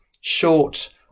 short